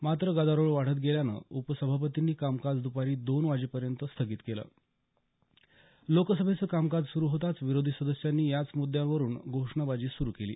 मात्र गदारोळ वाढत गेल्यानं उपसभापतींनी कामकाज दपारी दोन वाजेपर्यंत स्थगित केलं लोकसभेचं कामकाज सुरू होताच विरोधी सदस्यांनी याच मुद्यावरून घोषणाबाजी सुरू केली